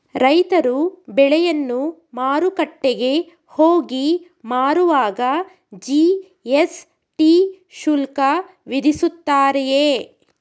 ರೈತರು ಬೆಳೆಯನ್ನು ಮಾರುಕಟ್ಟೆಗೆ ಹೋಗಿ ಮಾರುವಾಗ ಜಿ.ಎಸ್.ಟಿ ಶುಲ್ಕ ವಿಧಿಸುತ್ತಾರೆಯೇ?